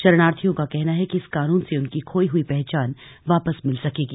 शरणार्थियों का कहना है कि इस कानून से उनकी खोई हुई पहचान वापस मिल सकेगी